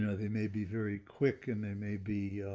and they may be very quick, and they may be